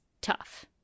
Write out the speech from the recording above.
tough